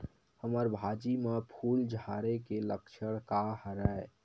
हमर भाजी म फूल झारे के लक्षण का हरय?